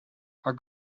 our